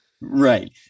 Right